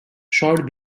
short